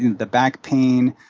the back pain.